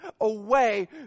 away